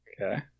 Okay